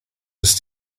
ist